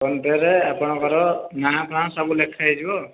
phone pay ରେ ଆପଣ ଙ୍କ ର ନାଁ ଫାଁ ସବୁ ଲେଖା ହେଇଯିବ